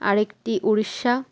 আর একটি উড়িষ্যা